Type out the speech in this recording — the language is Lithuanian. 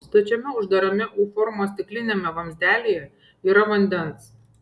stačiame uždarame u formos stikliniame vamzdelyje yra vandens